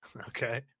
okay